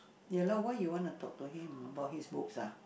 ya lah why you want to talk to him about his books ah